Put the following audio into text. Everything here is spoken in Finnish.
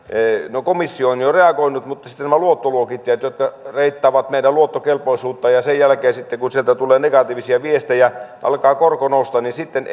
no komissio on jo reagoinut mutta sitten on nämä luottoluokittajat jotka reittaavat meidän luottokelpoisuutta ja sen jälkeen kun sieltä tulee negatiivisia viestejä alkaa korko nousta ja sitten